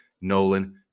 Nolan